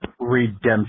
Redemption